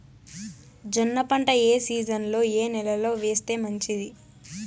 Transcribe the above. జొన్న పంట ఏ సీజన్లో, ఏ నెల లో వేస్తే మంచిది?